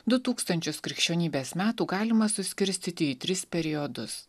du tūkstančius krikščionybės metų galima suskirstyti į tris periodus